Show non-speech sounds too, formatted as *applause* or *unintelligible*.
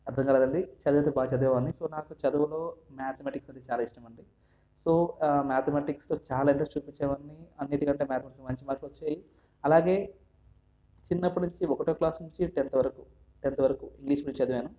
అర్థం కాలేదండి చదువు అయితే బాగా చదివేవాడిని సో నాకు చదువులో మ్యాథమెటిక్స్ అంటే చాలా ఇష్టం అండి సో మ్యాథమెటిక్స్లో చాలా ఇంట్రెస్ట్ చూపించేవాడిని అన్నిటికంటే మ్యాథమెటిక్స్లో మంచి మార్కులు వచ్చాయి అలాగే చిన్నప్పటినుంచి ఒకటో క్లాస్ నుంచి టెన్త్ వరకు టెన్త్ వరకు ఇంగ్లీష్ *unintelligible* చదివాను